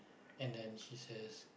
and then she says